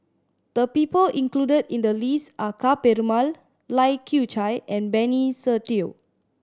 the people included in the list are Ka Perumal Lai Kew Chai and Benny Se Teo